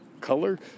color